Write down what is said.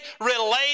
related